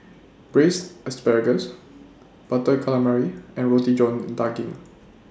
Braised Asparagus Butter Calamari and Roti John Daging